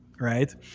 Right